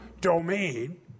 domain